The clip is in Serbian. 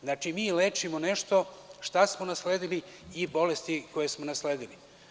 Znači, mi lečimo nešto što smo nasledili i bolesti koje smo nasledili.